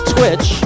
Twitch